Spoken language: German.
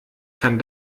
kann